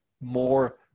more